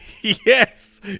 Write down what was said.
Yes